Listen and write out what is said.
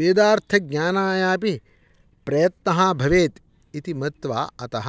वेदार्थज्ञानायापि प्रयत्नः भवेत् इति मत्वा अतः